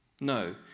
No